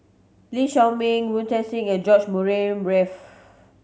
Lee Shao Meng Wu Tsai Yen and George Murray Reith